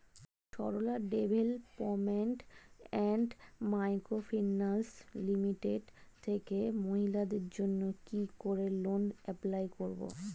Sarala development and microfinance limited থেকে মহিলাদের জন্য কি করে লোন এপ্লাই করব?